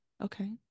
Okay